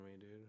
dude